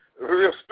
Real